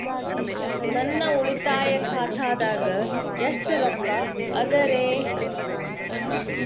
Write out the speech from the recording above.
ನನ್ನ ಉಳಿತಾಯ ಖಾತಾದಾಗ ಎಷ್ಟ ರೊಕ್ಕ ಅದ ರೇ?